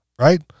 right